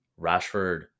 Rashford